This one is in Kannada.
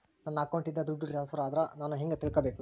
ನನ್ನ ಅಕೌಂಟಿಂದ ದುಡ್ಡು ಟ್ರಾನ್ಸ್ಫರ್ ಆದ್ರ ನಾನು ಹೆಂಗ ತಿಳಕಬೇಕು?